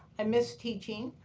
i miss teaching.